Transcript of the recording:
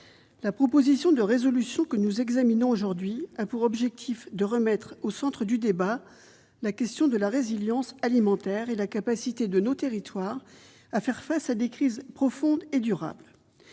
La proposition de résolution que nous examinons aujourd'hui a pour objet de remettre au centre du débat la question de la résilience alimentaire et de la capacité de nos territoires à faire face à des crises profondes et durables.